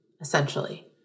essentially